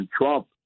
Trump